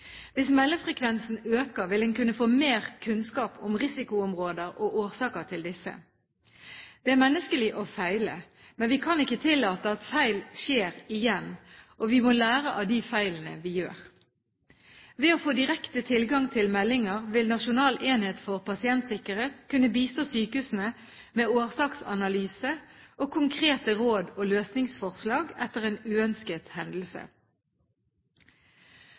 Hvis meldefrekvensen øker, vil en kunne få mer kunnskap om risikoområder og årsaker til disse. Det er menneskelig å feile, men vi kan ikke tillate at feil skjer igjen, og vi må lære av de feilene vi gjør. Ved å få direkte tilgang til meldinger vil Nasjonal enhet for pasientsikkerhet kunne bistå sykehusene med årsaksanalyse og konkrete råd og løsningsforslag etter en uønsket hendelse.